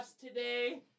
today